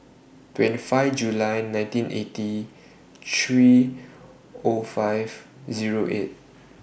twenty five July nineteen eighty three O five Zero eight